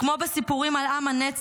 וכמו בסיפורים על עם הנצח